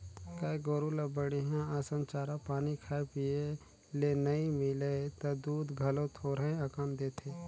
गाय गोरु ल बड़िहा असन चारा पानी खाए पिए ले नइ मिलय त दूद घलो थोरहें अकन देथे